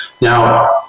Now